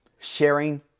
sharing